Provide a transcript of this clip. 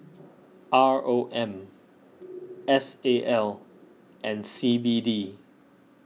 R O M S A L and C B D